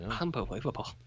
Unbelievable